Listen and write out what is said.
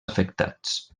afectats